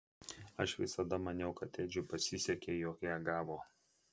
aš visada maniau kad edžiui pasisekė jog ją gavo